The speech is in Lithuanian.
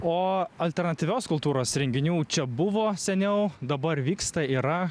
o alternatyvios kultūros renginių čia buvo seniau dabar vyksta yra